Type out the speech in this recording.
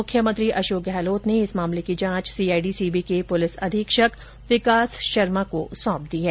मुख्यमंत्री अशोक गहलोत ने इस मामले की जांच सीआईडी सीबी के पुलिस अधीक्षक विकास शर्मा को सौंपी है